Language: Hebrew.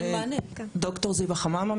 ד"ר זיוה חממא,